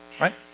right